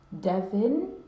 Devin